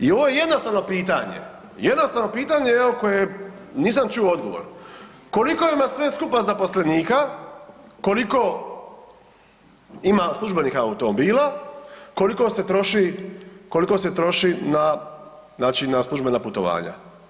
I ovo je jednostavno pitanje, jednostavno pitanje, evo koje nisam čuo odgovor, koliko ima sve skupa zaposlenika, koliko ima službenih automobila, koliko se troši, koliko se troši na znači na službena putovanja?